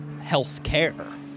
healthcare